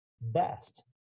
best